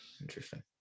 Interesting